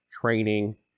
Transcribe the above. training